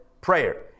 Prayer